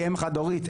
היא אם חד הורית,